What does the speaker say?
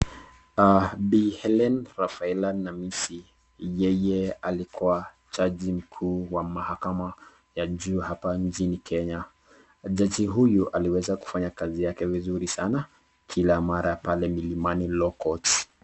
Bi Hellen Raffaella Namisi yeye alikuwa jaji mkuu wa mahakama ya juu hapa nchini Kenya. Jaji huyu aliweza kufanya kazi yake vizuri sana kila mara pale Milimani Law Courts.